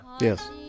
Yes